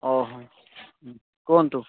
ଓହୋ କୁହନ୍ତୁ